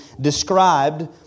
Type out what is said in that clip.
described